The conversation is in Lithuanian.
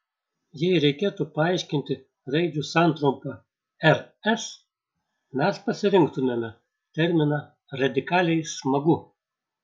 jei reikėtų paaiškinti raidžių santrumpą rs mes pasirinktumėme terminą radikaliai smagu